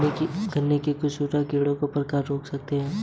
गन्ने में कंसुआ कीटों को किस प्रकार रोक सकते हैं?